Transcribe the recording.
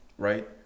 Right